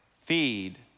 feed